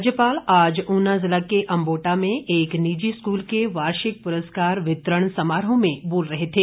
राज्यपाल आज ऊना जिला के अंबोटा में एक निजी स्कूल के वार्षिक पुरस्कार वितरण समारोह में बोल रहे थे